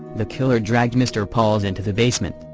the killer dragged mr. pauls into the basement,